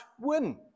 win